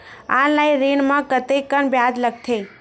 Online ऋण म कतेकन ब्याज लगथे?